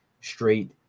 straight